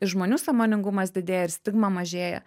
ir žmonių sąmoningumas didėja ir stigma mažėja